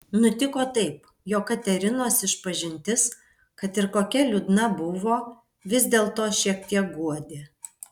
nutiko taip jog katerinos išpažintis kad ir kokia liūdna buvo vis dėlto šiek tiek guodė